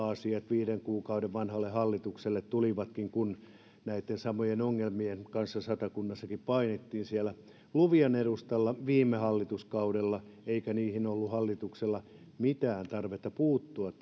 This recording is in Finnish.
asiat viiden kuukauden vanhalle hallitukselle tulivatkin kun näitten samojen ongelmien kanssa satakunnassakin painittiin siellä luvian edustalla viime hallituskaudella eikä tähän lupakäytäntöjen etenemiseen ollut hallituksella mitään tarvetta puuttua